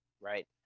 right